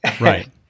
Right